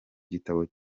gitabo